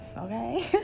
okay